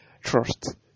trust